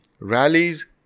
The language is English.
rallies